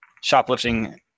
shoplifting